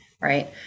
right